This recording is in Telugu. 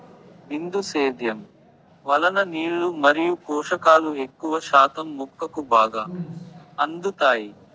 బిందు సేద్యం వలన నీళ్ళు మరియు పోషకాలు ఎక్కువ శాతం మొక్కకు బాగా అందుతాయి